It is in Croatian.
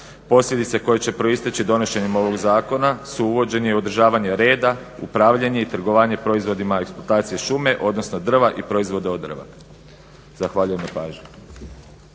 posljedice koje će proistječi donošenjem ovoga zakona su uvođenje i održavanje reda, upravljanje i trgovanje proizvodima eksploatacije šume, odnosno drva i proizvoda od drva. Zahvaljujem na pažnji.